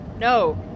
no